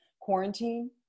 quarantine